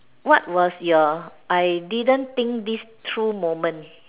what was your I didn't think this through moment